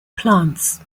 plants